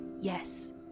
yes